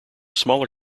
smaller